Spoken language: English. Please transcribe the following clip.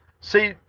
See